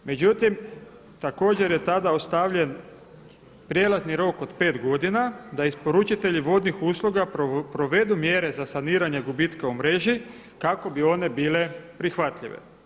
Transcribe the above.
Međutim, također je tada ostavljen prijelazni rok od 5 godina da isporučitelji vodnih usluga provedu mjere za saniranje gubitka u mreži kako bi one bile prihvatljive.